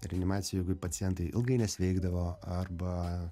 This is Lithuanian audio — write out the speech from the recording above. reanimacijoj jeigu pacientai ilgai nesveikdavo arba